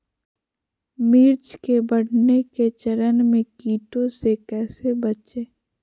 मिर्च के बढ़ने के चरण में कीटों से कैसे बचये?